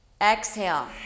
Exhale